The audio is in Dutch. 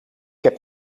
heb